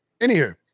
Anywho